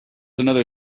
another